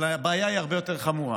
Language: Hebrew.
אבל הבעיה הרבה יותר חמורה,